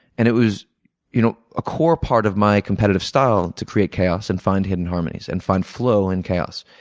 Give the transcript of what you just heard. and it was you know a core part of my competitive style to create chaos and find hidden harmonies, and find flow in chaos.